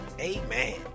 Amen